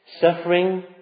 suffering